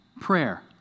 Prayer